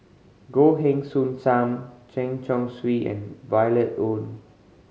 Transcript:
Goh Heng Soon Sam Chen Chong Swee and Violet Oon